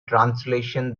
translation